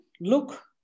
look